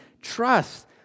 trust